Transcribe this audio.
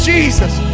Jesus